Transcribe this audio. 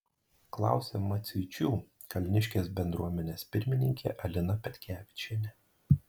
klausė maciuičių kalniškės bendruomenės pirmininkė alina petkevičienė